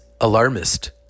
Alarmist